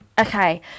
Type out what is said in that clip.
okay